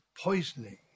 poisoning